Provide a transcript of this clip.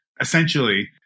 essentially